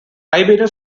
iberian